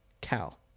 Cal